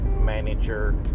manager